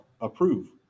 approve